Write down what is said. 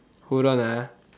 hold on lah